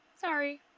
sorry